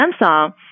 Samsung